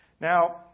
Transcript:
Now